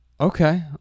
Okay